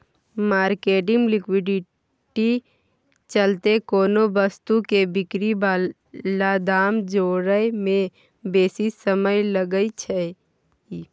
marketing liquidity चलते कोनो वस्तु के बिक्री बला दाम जोड़य में बेशी समय लागइ छइ